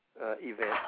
event